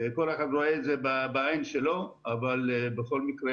כל אחד רואה את זה בעין שלו אבל בכל מקרה